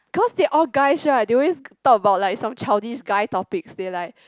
cause they all guys right they always talk about some childish guy topic they like